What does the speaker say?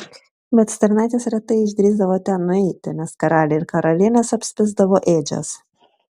bet stirnaitės retai išdrįsdavo ten nueiti nes karaliai ir karalienės apspisdavo ėdžias